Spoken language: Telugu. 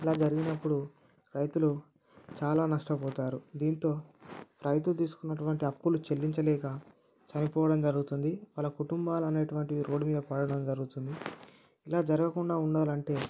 అలా జరిగినప్పుడు రైతులు చాలా నష్టపోతారు దీంతో రైతు తీసుకున్నటువంటి అప్పులు చెల్లించలేక చనిపోవడం జరుగుతుంది వాళ్ళ కుటుంబాలు అనేటువంటివి రోడ్డు మీద పడడం జరుగుతుంది ఇలా జరగకుండా ఉండాలంటే